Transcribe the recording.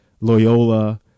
Loyola